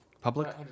Public